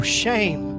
shame